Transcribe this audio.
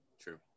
true